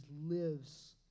lives